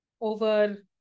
over